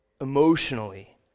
emotionally